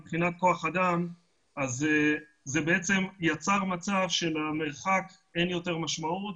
מבחינת כוח אדם זה בעצם יצר מצב שלמרחק אין יותר משמעות